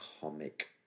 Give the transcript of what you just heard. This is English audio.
comic